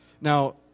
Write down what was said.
Now